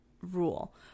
rule